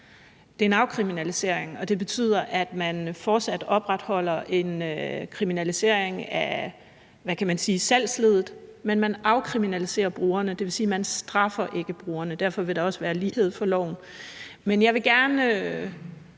Det er en afkriminalisering, og det betyder, at man fortsat opretholder en kriminalisering af salgsleddet, men man afkriminaliserer brugerne. Det vil sige, at man ikke straffer brugerne. Derfor vil der også være lighed for loven.